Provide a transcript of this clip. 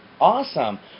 Awesome